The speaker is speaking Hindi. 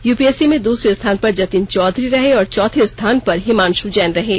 यूपीएससी में दूसरे स्थान पर जतिन चौधरी रहे और चौथे स्थान पर हिमांशु जैन रहे हैं